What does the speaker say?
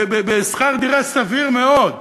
בשכר דירה סביר מאוד,